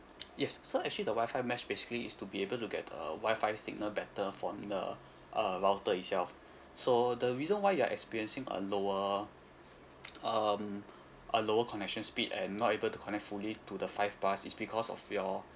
yes so actually the wifi mesh basically is to be able to get the wifi signal better from the uh router itself so the reason why you are experiencing a lower um a lower connection speed and not able to connect fully to the five bars is because of your